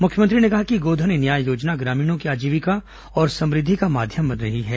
मुख्यमंत्री ने कहा कि गोधन न्याय योजना ग्रामीणों की आजीविका और समृद्धि का माध्यम बन रही है